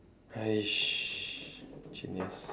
!hais! genius